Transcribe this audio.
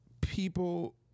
people